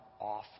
off